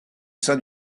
sein